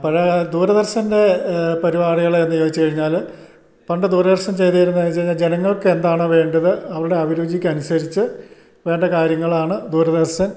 പഴയ ദൂരദർശൻ്റെ പരിപാടികൾ എന്നു ചോദിച്ചു കഴിഞ്ഞാൽ പണ്ട് ദൂരദർശൻ ചെയ്തിരുന്നതെന്നു വച്ചു കഴിഞ്ഞാൽ ജനങ്ങൾക്ക് എന്താണോ വേണ്ടത് അവരുടെ അഭിരുചിക്ക് അനുസരിച്ചു വേണ്ട കാര്യങ്ങളാണ് ദൂരദർശൻ